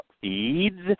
Feeds